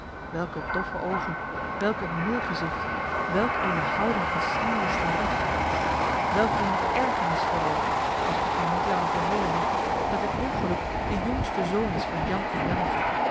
welke doffe oogen welk een meelgezigt welk eene houding van slierislari welk eene ergernis vooral als ik het u niet langer verhelen mag dat dit ongeluk de jongste zoon is van jan en jannetje